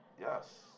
Yes